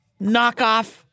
Knockoff